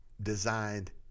designed